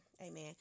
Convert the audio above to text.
amen